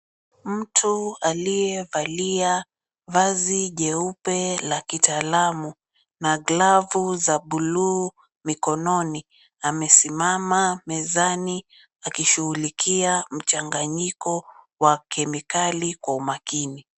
Mtu aliyevalia vazi jeupe la kitaalamu na glavu za bluu mikononi. Amesimama mezani akishughulikia mchanganyiko wa kemikali Kwa mchanga.